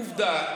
עובדה